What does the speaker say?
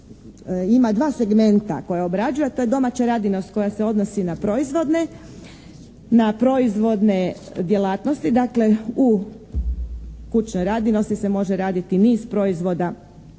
ima dva segmenta koja obrađuje, a to je domaća radinost koja se odnosi na proizvodne djelatnosti. Dakle u kućnoj radinosti se može raditi niz proizvoda